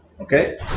Okay